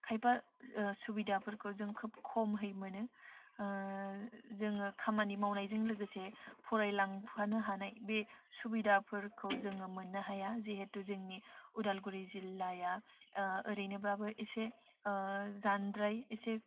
खायफा सुबिदाफोरखौ जों खोब खमै मोनो जोङो खामानि मावनायजों लोगोसे फरायलांफानो हानाय बे सुबिदाफोरखौ जोङो मोननो हाया जिहेथु जोंनि उदालगुरि जिल्लाया ओरैनोबाबो एसे जानद्राय एसे